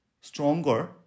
stronger